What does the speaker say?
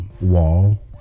Wall